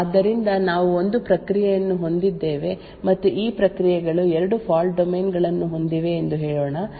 ಆದ್ದರಿಂದ ನಾವು ಒಂದು ಪ್ರಕ್ರಿಯೆಯನ್ನು ಹೊಂದಿದ್ದೇವೆ ಮತ್ತು ಈ ಪ್ರಕ್ರಿಯೆಗಳು 2 ಫಾಲ್ಟ್ ಡೊಮೇನ್ಗಳನ್ನು ಹೊಂದಿವೆ ಎಂದು ಹೇಳೋಣ ಫಾಲ್ಟ್ ಡೊಮೇನ್ 1 ಮತ್ತು ಫಾಲ್ಟ್ ಡೊಮೇನ್ 2